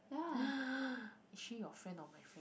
is she your friend or my friend